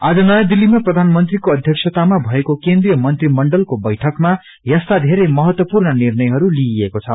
आज नयाँ दिल्तीमा प्रधानमंत्रीको अध्यक्षतामा भएको केन्द्रिय मंत्रीमण्डलको वैठकमा यस्ता धेरै महत्वपूर्ण निर्णय लिइएके छ